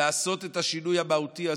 לעשות את השינוי המהותי הזה.